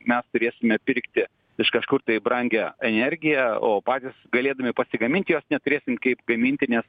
mes turėsime pirkti iš kažkur tai brangią energiją o patys galėdami pasigaminti jos neturėsim kaip gaminti nes